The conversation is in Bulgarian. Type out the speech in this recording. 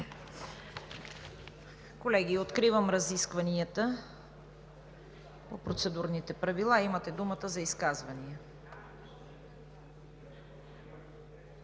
Колеги, откривам разискванията по Процедурните правила. Имате думата за изказвания.